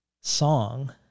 song